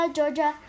Georgia